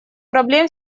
проблем